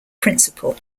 principal